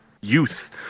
youth